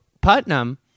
Putnam